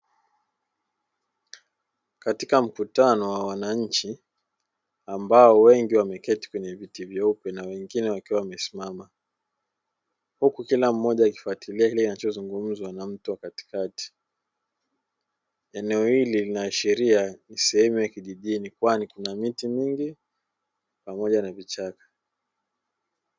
Katika mkutano wa wananchi ambao wengi wameketi kwenye viti vyeupe na wengine wakiwa wamesimama huku kila mmoja akifuatilia kile kinachozungumzwa katikati, eneo hili linaashiria ni sehemu ya kijijini kwani kuna miti mingi pamoja na vichaka.